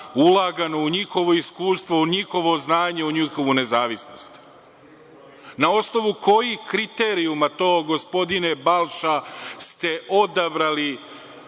ulagano, u njihovo iskustvo, u njihovu znanje, u njihovu nezavisnost. Na osnovu kojih kriterijuma to, gospodine Balša, ste odabrali